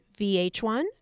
VH1